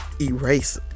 erase